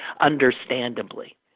understandably